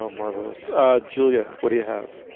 um marvelous julia, what do you have?